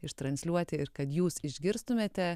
ištransliuoti ir kad jūs išgirstumėte